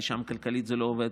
כי שם כלכלית זה לא עובד,